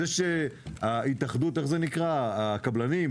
זה שהתאחדות הקבלנים,